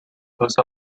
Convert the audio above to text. post